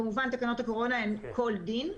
כמובן, תקנות הקורונה הן כל דין,